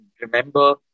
remember